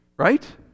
Right